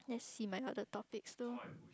see might not the topics though